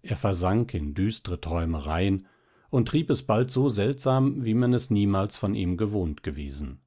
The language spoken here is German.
er versank in düstre träumereien und trieb es bald so seltsam wie man es niemals von ihm gewohnt gewesen